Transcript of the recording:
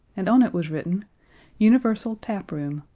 and on it was written universal taproom.